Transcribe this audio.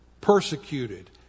persecuted